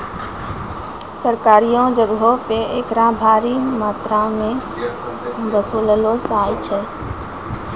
सरकारियो जगहो पे एकरा भारी मात्रामे वसूललो जाय छै